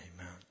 Amen